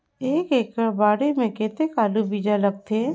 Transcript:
एक एकड़ बाड़ी मे कतेक आलू बीजा लगथे?